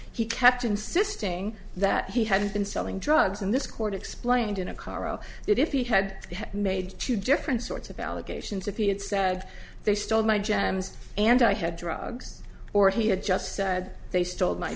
he kept insisting that he had been selling drugs in this court explained in a car oh that if he had made two different sorts of allegations of p and said they stole my gems and i had drugs or he had just said they stole my